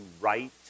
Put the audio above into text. right